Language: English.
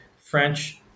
French